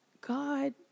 God